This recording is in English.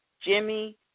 Jimmy